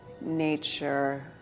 nature